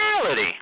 reality